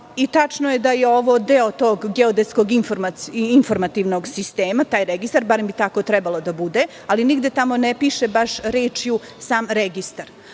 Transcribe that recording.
i tačno je da je ovo deo tog geodetskog informativnog sistema, taj registar, barem bi tako trebalo da bude, ali nigde tamo ne piše baš rečju - sam registar. Ja